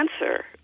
answer